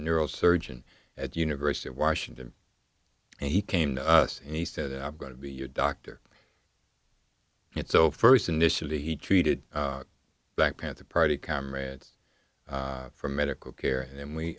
neurosurgeon at university of washington and he came to us and he said i'm going to be your doctor and so first initially he treated black panther party comrades for medical care and